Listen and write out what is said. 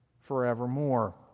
forevermore